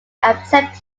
accept